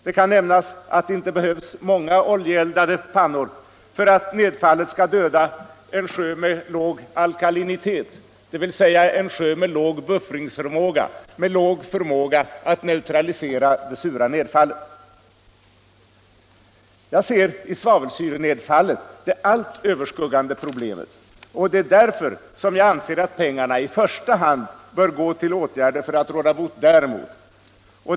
Det kan nämnas att det inte behövs många oljeeldade pannor för att nedfallet skall döda en sjö med låg alkalinitet, dvs. liten buffringsförmåga när det gäller att neutralisera det sura nedfallet. Jag ser i svavelsyrenedfallet det allt överskuggande problemet, och det är därför som jag anser att pengarna i första hand bör gå till åtgärder för att råda bot mot detta.